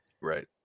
Right